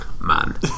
man